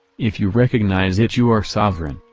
if you recognize it you are sovereign,